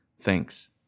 thanks